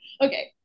Okay